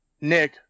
Nick